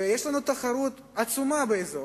ויש לנו תחרות עצומה באזור.